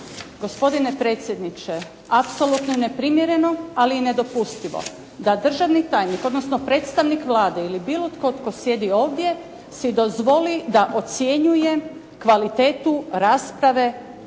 Gospodine predsjedniče, apsolutno je neprimjereno, ali i nedopustivo da državni tajnik odnosno predstavnik Vlade ili bilo tko tko sjedi ovdje si dozvoli da ocjenjuje kvalitetu rasprave i to